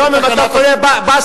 היום אם אתה קונה בבסטה,